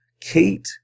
Kate